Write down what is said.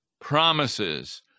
promises